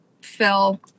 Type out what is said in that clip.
Phil